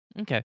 Okay